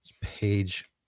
page